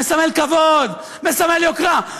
מסמלת כבוד, מסמלת יוקרה.